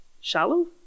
Shallow